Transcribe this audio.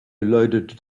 loaded